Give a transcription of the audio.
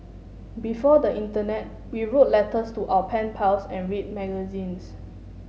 before the internet we wrote letters to our pen pals and read magazines